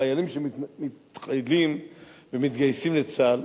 החיילים שמתחייבים ומתגייסים לצה"ל